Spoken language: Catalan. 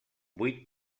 vuit